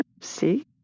See